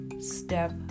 step